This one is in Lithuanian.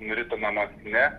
nuritinamas ne